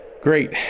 Great